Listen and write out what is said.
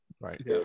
right